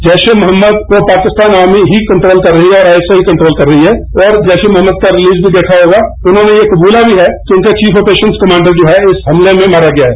जैश ए मोहम्मद को पाकिस्तान आर्मी ही कंट्रोल कर रही है और आईएसआई कंट्रोल कर रही है और जैस ए मोहम्मद का रीलिज भी देखा होगा उन्होंने ये कवूला भी है कि उनके चीफ आपरेशन्स कमांडो जो है इस हमले में मारा गया है